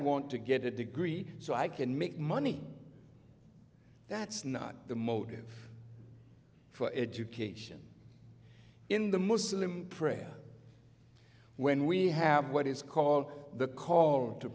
want to get a degree so i can make money that's not the motive for education in the muslim prayer when we have what is called the call to